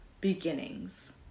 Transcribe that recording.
beginnings